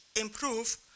improve